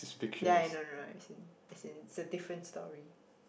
ya no no no as in as in it's a different story